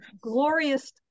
glorious